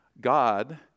God